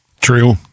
True